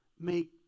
Make